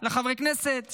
לחברי הכנסת שיזמו.